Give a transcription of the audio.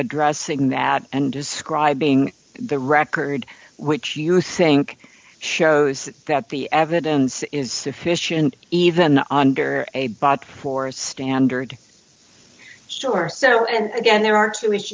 addressing that and describing the record which you think shows that the evidence is sufficient even under a bot for standard sure so and again there are two is